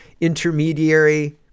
intermediary